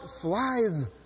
flies